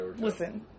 Listen